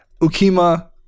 Ukima